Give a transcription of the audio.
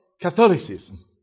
Catholicism